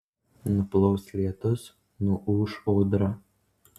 nuplaus lietus nuūš audra